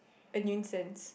a nuisance